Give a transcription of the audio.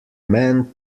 men